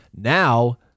Now